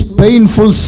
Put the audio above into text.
painful